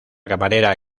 camarera